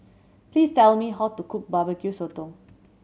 please tell me how to cook Barbecue Sotong